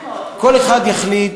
כל אחד יחליט,